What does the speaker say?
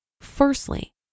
Firstly